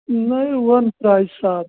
नही one price आप